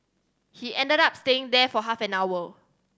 he ended up staying there for half an hour